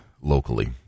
locally